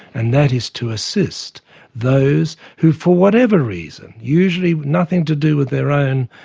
and that is to assist those who for whatever reason usually nothing to do with their own